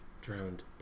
drowned